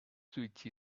switch